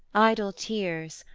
idle tears,